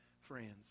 Friends